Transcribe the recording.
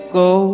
go